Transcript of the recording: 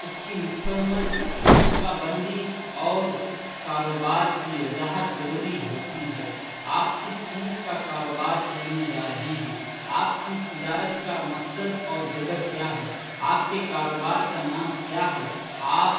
اس کی مکمل منصوبہ بندی اور اس کاروبار کی وضاحت ضروری ہوتی ہے آپ کس چیز کا کاروبار کرنے جا رہے ہیں آپ کی تجارت کا مقصد اور جگہ کیا ہے آپ کے کاروبار کا نام کیا ہے آپ